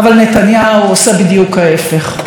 אבל נתניהו עושה בדיוק ההפך: